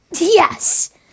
Yes